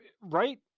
Right